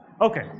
Okay